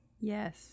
Yes